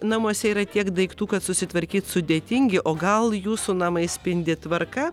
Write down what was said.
namuose yra tiek daiktų kad susitvarkyt sudėtingi o gal jūsų namai spindi tvarka